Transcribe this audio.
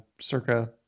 circa